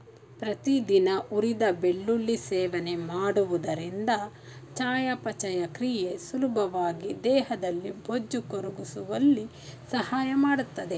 ಪ್ರತಿದಿನ ಹುರಿದ ಬೆಳ್ಳುಳ್ಳಿ ಸೇವನೆ ಮಾಡುವುದರಿಂದ ಚಯಾಪಚಯ ಕ್ರಿಯೆ ಸುಲಭವಾಗಿ ದೇಹದ ಬೊಜ್ಜು ಕರಗಿಸುವಲ್ಲಿ ಸಹಾಯ ಮಾಡ್ತದೆ